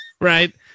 right